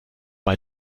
bei